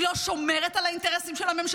היא לא שומרת על האינטרסים של הממשלה,